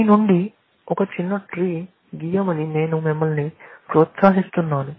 దాని నుండి ఒక చిన్న ట్రీ గీయమని నేను మిమ్మల్ని ప్రోత్సహిస్తున్నాను